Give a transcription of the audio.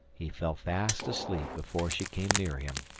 he fell fast asleep before she came near him.